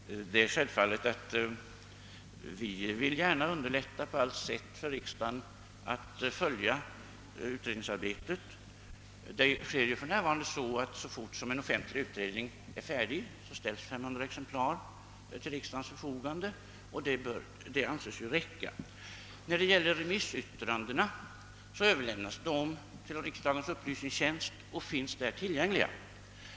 Herr talman! Det är självfallet att vi gärna på allt sätt vill underlätta för riksdagen att följa utredningsarbetet. För närvarande ordnas detta så att så fort en offentlig utredning är färdig ställs 500 exemplar till riksdagens förfogande, och detta anses räcka. Remissyttrandena överlämnas till riksdagens upplysningstjänst och finns där tillgängliga.